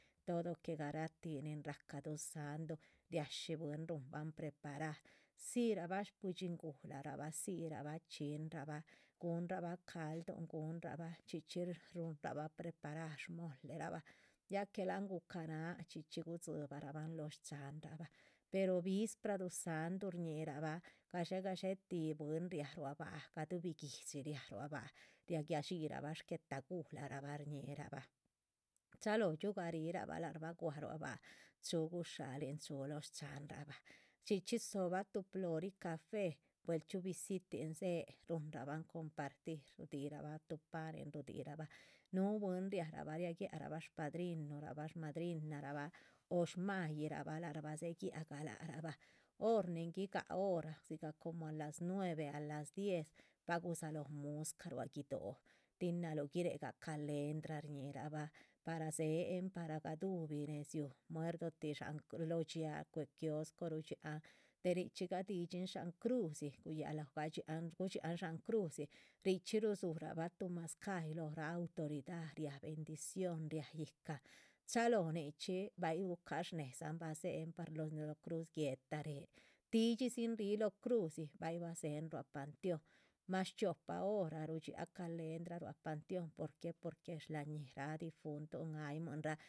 Todo que garatih ni rahca duzáhndu riashí bwín ruhunban preparar. dzirahbah shbuidxin gularah bah dzirabah chxinra bah guhunrabah calduhn. guhurabah bieh ruhunrabah preparar, shmolera bah ya que láhan guca´naha chxí chxí gudzibara bahn lóho shchahanrabah, pero vispra duzáhndu. shñíhirabah gadxé gadxé tih, bwín riáh ruá báha, gadubi guidxi riáha ruá baha ria gadxpi rabah shguetagulara bah shñihirabah chalóho. dxiugarih rabah, ar bah guá ruá báha, chúhu gusha´lin chúhu lóho shcháhanra bah, chxí chxí dzóhobah tuh plori café, buel chxí visitin. dzéhe ruhunraban compartir ruhudirabah tuh panin, ruhudirahbah, núhu bwín riah rabah ria guiah rabah shpadrinurahbah shmadrinahrabah,. o shmáhyih rabah, lar bah dzéhe guiáh gah lac rahbah, hor ni guigáha hora, dzigah como a las nueve, a las diez, ba gudzalóho muscah ruá. guido´, tin náhaluh guiréh gah calendra, shñíhirabah para dzéhen par gaduhubi nedzíu muerditih dshahan, lóho dxiá cue´h kisko. rudxiáhan de richxí gadidxín dsháhan crudzi, guyalóho badxiahan gudxiáhan dsháhan crudzi, richxí rudzura bah tuh mazcáhyi lóhora. autoridad, riá bendición riá yíhcan chalóho nichxí bay gucaha shnédzan ba dzéhen par loh cruz guéhta ríh, tídshi sin ríh lóho crudzi bay bah dzéhen ruá panteón. mas chiopa hora rudxiáah calendra rua panteón porque shla´ñiraa difunton aymuinra.